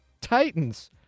Titans